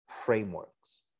frameworks